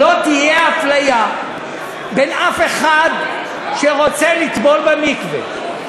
לא תהיה אפליה בין אף אחד שרוצה לטבול במקווה,